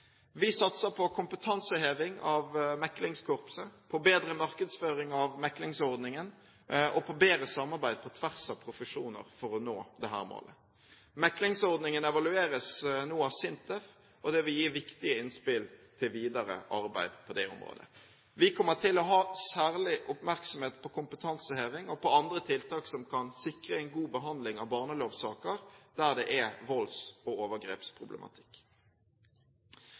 Vi satser på kompetanseheving av meklingskorpset, bedre markedsføring av meklingsordningen og bedre samarbeid på tvers av profesjoner for å nå dette målet. Meklingsordningen evalueres nå av SINTEF, og vil gi viktige innspill til videre arbeid på det området. Vi kommer til å ha særlig oppmerksomhet på kompetanseheving og andre tiltak som kan sikre en god behandling av barnelovsaker, der det er volds- og overgrepsproblematikk.